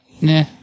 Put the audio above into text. Nah